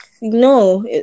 no